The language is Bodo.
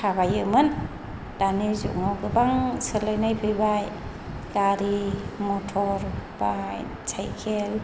थाबायोमोन दानि जुगाव गोबां सोलायनाय फैबाय गारि मटर बाइक साइकेल